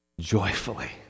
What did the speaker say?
joyfully